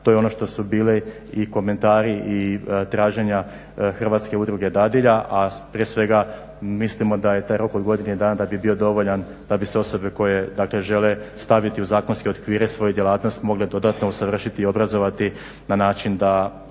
To je ono što su bili i komentari i traženja Hrvatske udruge dadilja, a prije svega mislimo da je taj rok od godine dana da bi bio dovoljan da bi se osobe koje dakle žele staviti u zakonske okvire svoju djelatnost mogle dodatno usavršiti i obrazovati na način da